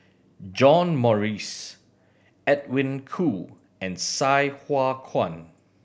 John Morrice Edwin Koo and Sai Hua Kuan